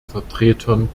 vertretern